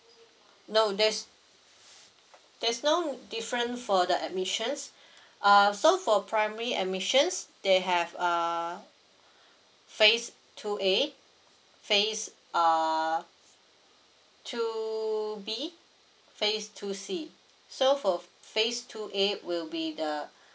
no there's there's no difference for the admissions uh so for primary admissions they have uh phase two a phase uh two b phase two c so for phase two a will be the